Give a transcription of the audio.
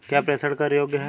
क्या प्रेषण कर योग्य हैं?